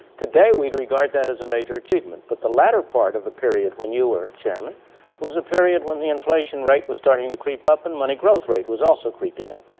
today we'd regard that as a major achievement. but the latter part of the period when you were chairman was a period when the inflation rate was starting to creep up and money growth rate was also creeping up.